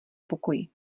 pokoji